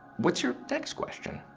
what's your next question?